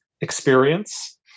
experience